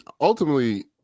ultimately